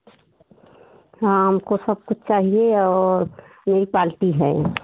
हाँ हमको सब कुछ चाहिए और यहीं पालटी है